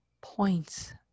points